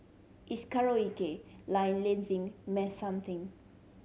it's karaoke line mass something